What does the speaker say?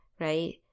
right